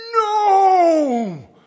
no